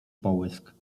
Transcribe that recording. połysk